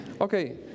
okay